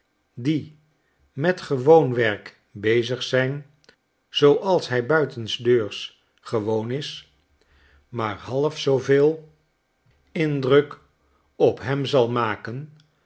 die met gewoon werk bezig zijn zooals hij buitensdeurs gewoon is maar half zooveel indruk op hem zal maken